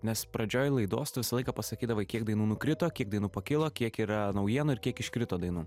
nes pradžioj laidos tu visą laiką pasakydavai kiek dainų nukrito kiek dainų pakilo kiek yra naujienų ir kiek iškrito dainų